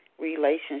relationship